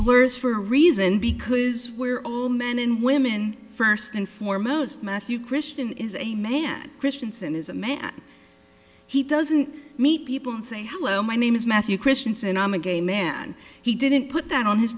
blurs for a reason because we're all men and women first and foremost matthew christian is a man christiansen is a man he doesn't meet people and say hello my name is matthew christiansen i'm a gay man he didn't put that on his